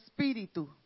Espíritu